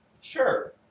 Sure